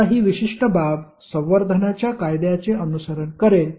आता ही विशिष्ट बाब संवर्धनाच्या कायद्याचे अनुसरण करेल